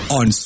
on